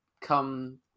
come